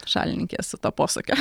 šalininkė esu to posakio